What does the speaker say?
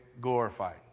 glorified